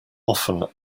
often